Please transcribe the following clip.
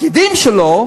הפקידים שלו,